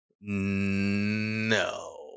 No